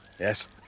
Yes